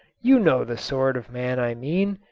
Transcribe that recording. you know the sort of man i mean.